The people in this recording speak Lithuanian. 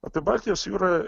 apie baltijos jūrą